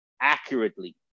accurately